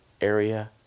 area